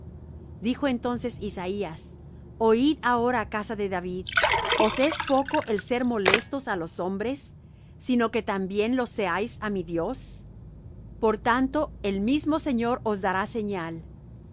dijo entonces isaías oid ahora casa de david os es poco el ser molestos á los hombres sino que también lo seáis á mi dios por tanto el mismo señor os dará señal